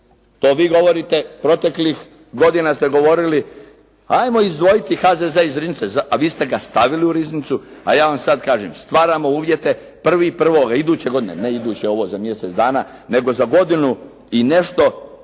To vi govorite, proteklih godina ste govorili, hajmo izdvojiti HZZO iz riznice, a vi ste ga stavili u riznicu, a ja vam sad kažem, stvaramo uvjete 1.1. iduće godine, ne iduće ovo za mjesec dana, nego za godinu i nešto